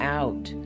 out